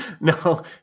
No